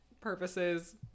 purposes